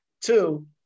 Two